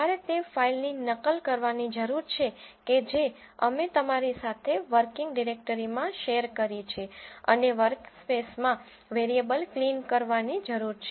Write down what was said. તમારે તે ફાઇલની નકલ કરવાની જરૂર છે કે જે અમે તમારી સાથે વર્કિંગ ડિરેક્ટરીમાં શેર કરી છે અને વર્કસ્પેસમાં વેરીએબલ ક્લીન કરવાની જરૂર છે